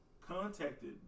contacted